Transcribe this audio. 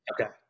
okay